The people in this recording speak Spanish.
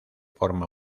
forma